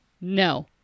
no